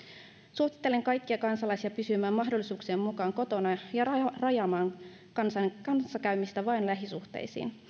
suosittelen kaikkia kansalaisia pysymään mahdollisuuksien mukaan kotona ja rajaamaan kanssakäymistä vain lähisuhteisiin